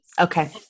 Okay